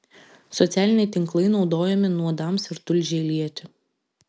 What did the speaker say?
socialiniai tinklai naudojami nuodams ir tulžiai lieti